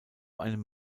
einem